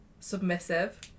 Submissive